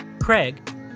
Craig